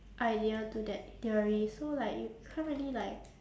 idea to that theory so like you can't really like